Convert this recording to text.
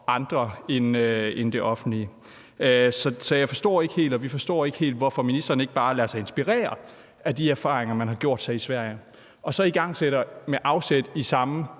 andre end det offentlige. Så vi forstår ikke helt, hvorfor ministeren ikke bare lader sig inspirere af de erfaringer, de har gjort sig i Sverige, og man så med afsæt i det samme